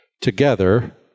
together